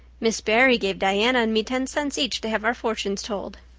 miss barry gave diana and me ten cents each to have our fortunes told.